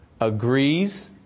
agrees